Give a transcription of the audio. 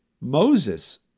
Moses